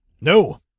No